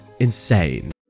Insane